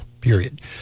period